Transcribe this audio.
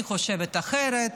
אני חושבת אחרת,